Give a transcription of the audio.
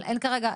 אבל אין כרגע.